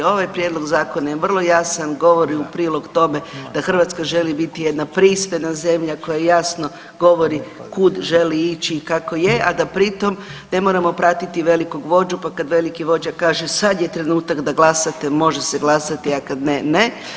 Ovaj prijedlog zakona je vrlo jasan, govori u prilog tome da Hrvatska želi biti jedna pristojna zemlja koja jasno govori kud želi ići i kako je, a da pritom ne moramo pratiti velikog vođu, pa kad veliki vođa kaže sad je trenutak da glasate, može se glasati, a kad ne ne.